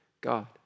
God